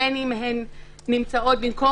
החובה של ההצרה בטופס מקוון זה רק בדיווח למשרד הכלכלה.